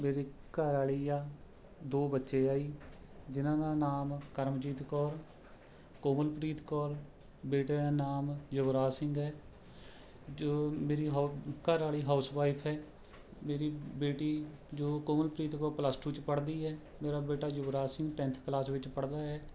ਮੇਰੀ ਘਰਵਾਲੀ ਆ ਦੋ ਬੱਚੇ ਆ ਜੀ ਜਿਹਨਾਂ ਦਾ ਨਾਮ ਕਰਮਜੀਤ ਕੌਰ ਕੋਮਲਪ੍ਰੀਤ ਕੌਰ ਬੇਟੇ ਦਾ ਨਾਮ ਯੁਵਰਾਜ ਸਿੰਘ ਹੈ ਜੋ ਮੇਰੀ ਹੋ ਘਰਵਾਲੀ ਹਾਉਸਵਾਈਫ਼ ਹੈ ਮੇਰੀ ਬੇਟੀ ਜੋ ਕੋਮਲਪ੍ਰੀਤ ਕੌਰ ਪਲੱਸ ਟੂ 'ਚ ਪੜ੍ਹਦੀ ਹੈ ਮੇਰੀ ਬੇਟਾ ਯੁਵਰਾਜ ਸਿੰਘ ਟੇਂਨਥ ਕਲਾਸ ਵਿੱਚ ਪੜ੍ਹਦਾ ਹੈ